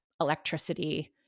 electricity